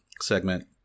segment